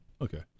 Okay